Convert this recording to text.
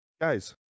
guys